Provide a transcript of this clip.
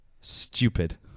Stupid